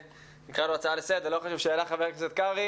נקרא לו הצעה לסדר שהעלה ח"כ קרעי,